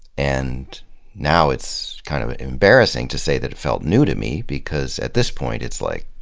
and now it's kind of embarrassing to say that it felt new to me because at this point it's like,